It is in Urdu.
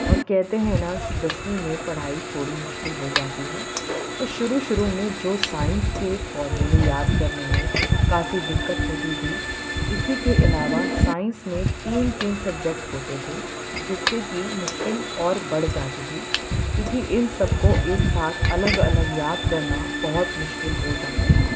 اور کہتے ہیں نا کہ دسویں میں پڑھائی تھوڑی مشکل ہو جاتی ہے تو شروع شروع میں جو سائنس کے فارمولے یاد کرنے میں کافی دقت ہوتی تھی اسی کے علاوہ سائنس میں تین تین سبجیکٹ ہوتے تھے جس سے کہ مشکل اور بڑھ جاتی تھی کیونکہ ان سب کو ایک ساتھ الگ الگ یاد کرنا بہت مشکل ہو جاتا تھا